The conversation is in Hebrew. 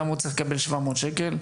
למה הוא צריך לקבל 700 שקלים?